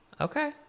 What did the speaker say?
Okay